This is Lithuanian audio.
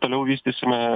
toliau vystysime